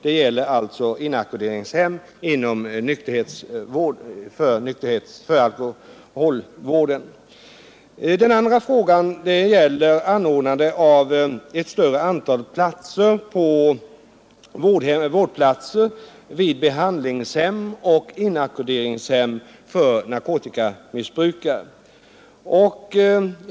Den andra frågan som behandlas i reservationen gäller anordnande av ett större antal vårdplatser vid behandlingshem och inackorderingshem för narkotikamissbrukare.